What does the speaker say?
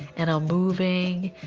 and i'm moving.